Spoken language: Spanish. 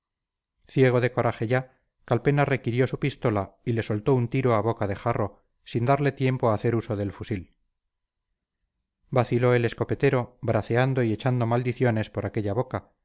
ciego de coraje ya calpena requirió su pistola y le soltó un tiro a boca de jarro sin darle tiempo a hacer uso del fusil vaciló el escopetero braceando y echando maldiciones por aquella boca